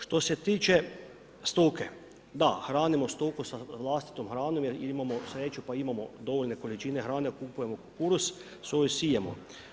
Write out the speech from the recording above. Što se tiče stoke, da, hranimo stoku s vlastitom hranom, jer imamo sreću, pa imamo dovoljne količine hrane, kupujemo kukuruz, soju sijemo.